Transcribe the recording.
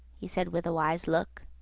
he said, with a wise look,